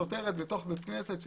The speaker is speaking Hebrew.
שוטרת בתוך בית כנסת.